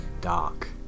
dark